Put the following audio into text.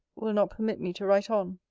will not permit me to write on.